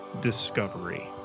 discovery